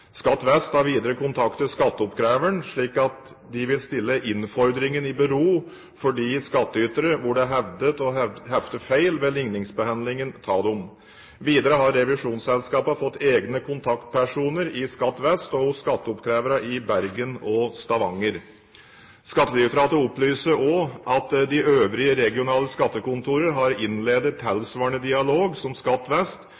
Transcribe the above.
Skatt vest har videre kontaktet skatteoppkreveren, og de vil stille innfordringen i bero for skattytere hvor det er hevdet å hefte feil ved ligningsbehandlingen av dem. Videre har revisjonsselskapene fått egne kontaktpersoner i Skatt vest og hos skatteoppkreverne i Bergen og Stavanger. Skattedirektoratet opplyser at også de øvrige regionale skattekontorene har innledet tilsvarende dialog som i Skatt vest